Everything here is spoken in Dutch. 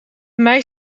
mij